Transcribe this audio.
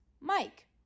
Mike